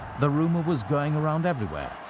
the rumor was going around everywhere.